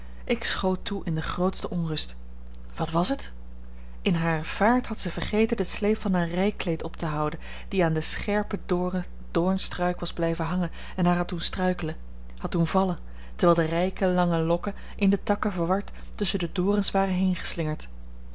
ik schoot toe in de grootste onrust wat was het in hare vaart had zij vergeten de sleep van haar rijkleed op te houden die aan den scherpen dorren doornstruik was blijven hangen en haar had doen struikelen had doen vallen terwijl de rijke lange lokken in de takken verward tusschen de dorens waren heengeslingerd